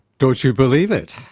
don't you believe it.